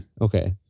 Okay